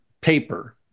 paper